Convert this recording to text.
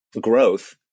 growth